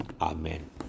Amen